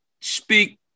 speak